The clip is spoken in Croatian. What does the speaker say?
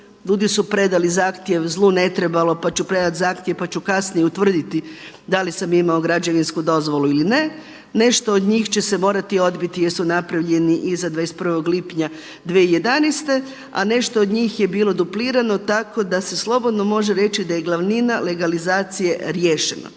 ljudi su predali zahtjev zlu ne trebalo pa ću predati zahtjev, pa ću kasnije utvrditi da li sam imao građevinsku dozvolu ili ne, nešto od njih će se morati odbiti jesu napravljeni iza 21. lipnja 2011. a nešto od njih je bilo duplirano tako da se slobodno može reći da je glavnina legalizacije riješena.